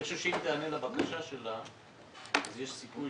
אני חושב שאם תענה לבקשה שלה אז יש סיכוי